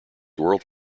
world